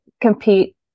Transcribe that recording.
compete